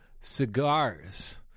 cigars